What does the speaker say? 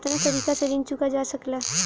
कातना तरीके से ऋण चुका जा सेकला?